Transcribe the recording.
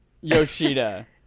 Yoshida